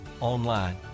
online